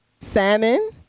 Salmon